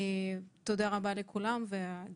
אני